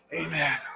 Amen